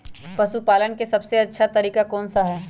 पशु पालन का सबसे अच्छा तरीका कौन सा हैँ?